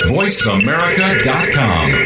voiceamerica.com